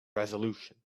resolution